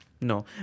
No